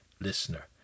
listener